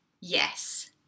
yes